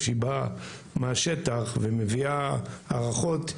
כשהיא באה מהשטח ומביאה הערכות,